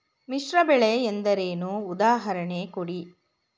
ಮಿಶ್ರ ಬೆಳೆ ಎಂದರೇನು, ಉದಾಹರಣೆ ಕೊಡಿ?